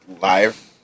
live